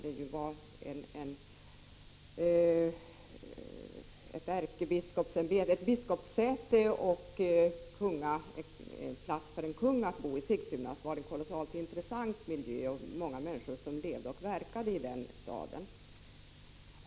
Det var en mycket intressant miljö när Sigtuna var biskopssäte och säte för en kung, när många människor levde och verkade i staden.